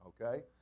okay